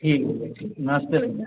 ठीक भैया ठीक नमस्ते भइया